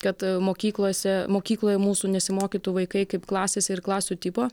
kad mokyklose mokykloje mūsų nesimokytų vaikai kaip klasėse ir klasių tipo